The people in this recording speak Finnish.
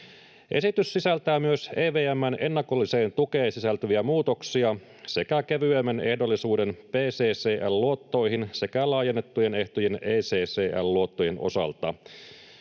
Esitys sisältää myös EVM:n ennakolliseen tukeen sisältyviä muutoksia sekä kevyemmän ehdollisuuden PCCL-luottoihin sekä laajennettujen ehtojen ECCL-luottojen osalta.